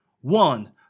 One